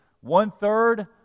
one-third